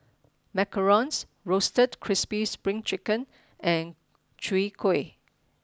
macarons roasted crispy spring chicken and Chwee Kueh